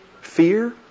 Fear